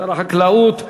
שר החקלאות.